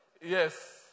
Yes